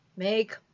make